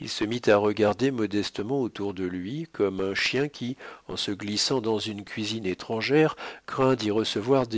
il se mit à regarder modestement autour de lui comme un chien qui en se glissant dans une cuisine étrangère craint d'y recevoir